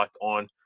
on